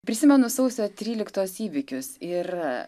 prisimenu sausio tryliktos įvykius ir